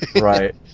Right